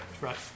right